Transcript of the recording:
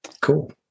Cool